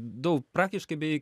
daug praktiškai beveik